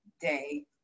day